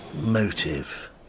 Motive